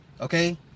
Okay